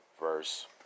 verse